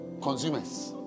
consumers